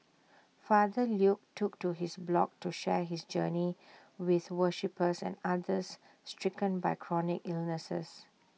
father Luke took to his blog to share his journey with worshippers and others stricken by chronic illnesses